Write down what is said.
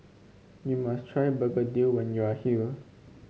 you must try begedil when you are here